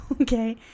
Okay